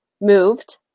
moved